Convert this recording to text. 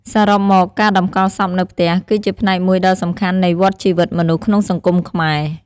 សរុបមក ការតម្កល់សពនៅផ្ទះ គឺជាផ្នែកមួយដ៏សំខាន់នៃវដ្តជីវិតមនុស្សក្នុងសង្គមខ្មែរ។